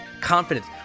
confidence